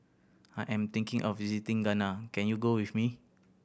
I am thinking of visiting Ghana can you go with me